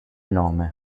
nome